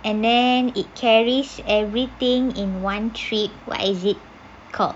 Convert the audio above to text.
and then it carries everything in one trip what is it called